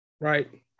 Right